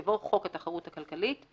יבוא "חוק התחרות הכלכלית";